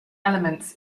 elements